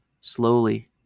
slowly